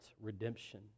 redemption